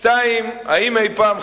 האם אי-פעם,